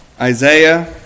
Isaiah